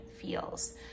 feels